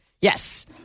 Yes